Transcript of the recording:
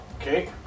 okay